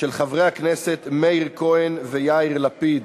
של חברי הכנסת מאיר כהן ויאיר לפיד.